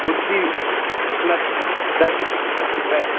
کرسی کی قیمت دس روپیے ہے